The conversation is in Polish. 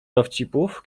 dowcipów